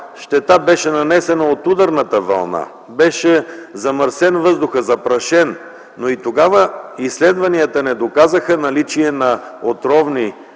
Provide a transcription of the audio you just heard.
щета беше нанесена от ударната вълна. Въздухът беше замърсен, запрашен, но и тогава изследванията не доказаха наличие на отровни